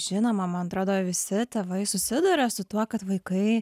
žinoma man atrodo visi tėvai susiduria su tuo kad vaikai